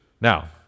Now